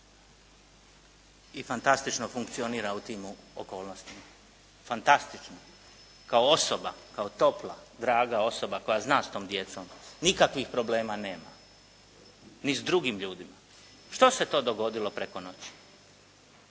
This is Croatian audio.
i fantastično funkcionira u tim okolnostima. Fantastično kao osoba, kao topla, draga osoba koja zna s tom djecom, nikakvih problema nema ni s drugim ljudima. Što se to dogodilo preko noći?